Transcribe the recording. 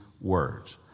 words